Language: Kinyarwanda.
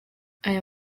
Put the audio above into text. aya